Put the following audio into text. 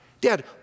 Dad